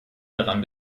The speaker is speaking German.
daran